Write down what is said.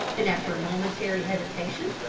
and after a momentary hesitation,